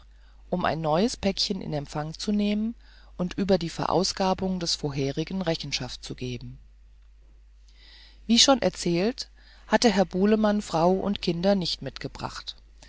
um ein neues päckchen in empfang zu nehmen und über die verausgabung des vorigen rechenschaft zu geben wie schon erzählt hatte herr bulemann frau und kinder nicht mitgebracht